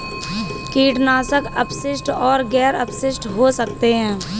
कीटनाशक अवशिष्ट और गैर अवशिष्ट हो सकते हैं